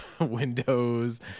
windows